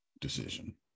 decision